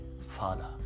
father